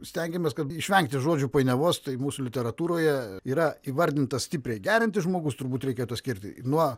stengiamės kad išvengti žodžių painiavos tai mūsų literatūroje yra įvardinta stipriai geriantis žmogus turbūt reikėtų skirti nuo